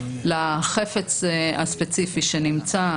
לחפץ הספציפי שנמצא.